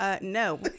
No